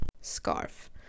Scarf